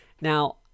Now